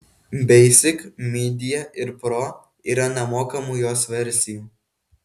basic media ir pro yra nemokamų jos versijų